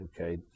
okay